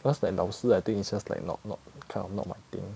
because like 老师 I think it's just like not not kind of not my thing